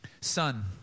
son